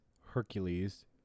Hercules